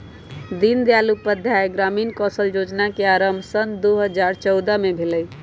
दीनदयाल उपाध्याय ग्रामीण कौशल जोजना के आरम्भ सन दू हज़ार चउदअ से भेलइ